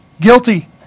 guilty